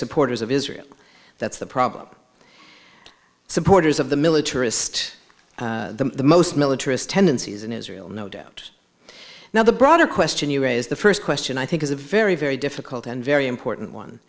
supporters of israel that's the problem supporters of the militarist the most militarist tendencies in israel no doubt now the broader question you raise the first question i think is a very very difficult and very important one